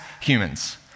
humans